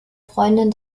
freundin